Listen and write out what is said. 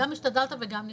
גם השתדלת וגם נכשלת.